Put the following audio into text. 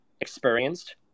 experienced